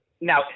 now